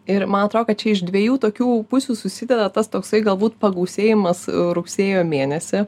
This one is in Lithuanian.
ir man atro kad čia iš dviejų tokių pusių susideda tas toksai galbūt pagausėjimas rugsėjo mėnesį